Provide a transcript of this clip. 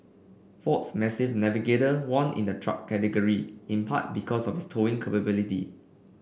ford's massive Navigator won in the truck category in part because of its towing capability